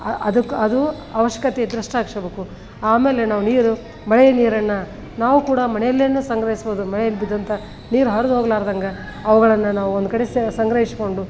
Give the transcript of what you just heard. ಅದಕ್ಕೆ ಅದು ಅವಶ್ಕತೆ ಇದ್ರಷ್ಟೇ ಹಾಕ್ಸೋಬೇಕು ಆಮೇಲೆ ನಾವು ನೀರು ಮಳೆಯ ನೀರನ್ನು ನಾವು ಕೂಡ ಮನೆಯಲ್ಲಿಯೇ ಸಂಗ್ರಹಿಸ್ಬೋದು ಮನೆಯಲ್ಲಿ ಬಿದ್ದಂಥ ನೀರು ಹರ್ದು ಹೋಗಲಾರ್ದಂಗ ಅವುಗಳನ್ನು ನಾವು ಒಂದು ಕಡೆ ಸಂಗ್ರಹಿಸ್ಕೊಂಡು